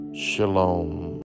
Shalom